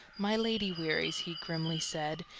my lady wearies, he grimly said,